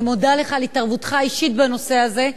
ואני מודה לך על התערבותך האישית בנושא הזה.